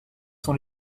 sont